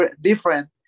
different